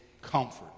comfort